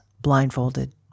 blindfolded